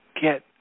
get